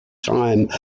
time